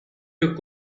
took